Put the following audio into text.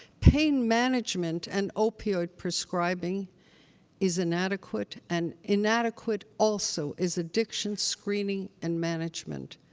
pain management and opioid prescribing is inadequate. and inadequate, also, is addiction screening and management.